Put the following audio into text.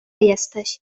jesteś